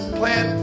plan